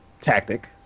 tactic